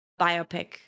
biopic